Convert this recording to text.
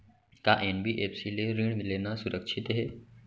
का एन.बी.एफ.सी ले ऋण लेना सुरक्षित हे?